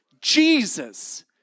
Jesus